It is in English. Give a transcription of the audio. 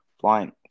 flying